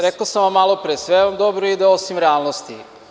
Rekao sam vam malopre, sve vam dobro ide osim realnosti.